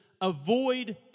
avoid